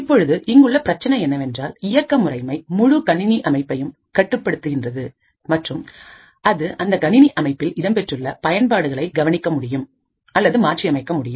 இப்பொழுது இங்குள்ள பிரச்சனை என்னவென்றால் இயக்க முறைமை முழு கணினி அமைப்பையும் கட்டுப்படுத்துகின்றது மற்றும் அது அந்த கணினி அமைப்பில் இடம்பெற்றுள்ள பயன்பாடுகளை கவனிக்க முடியும் அல்லது மாற்றியமைக்க முடியும்